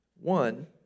one